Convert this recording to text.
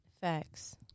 Facts